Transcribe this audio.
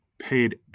Paid